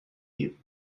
you